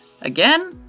Again